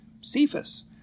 Cephas